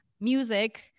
Music